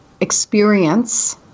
experience